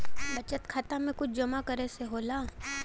बचत खाता मे कुछ जमा करे से होला?